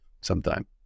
sometime